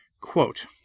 Quote